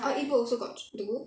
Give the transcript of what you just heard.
oh eat book also got do